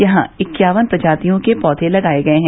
यहां इक्यावन प्रजातियों के पौधे लगाये गये हैं